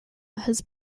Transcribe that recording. has